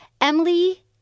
Emily